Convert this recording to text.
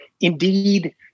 indeed